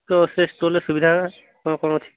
ତ ସେ ସ୍ଟଲରେ ସୁବିଧା କ'ଣ କ'ଣ ଅଛି